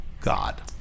God